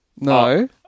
No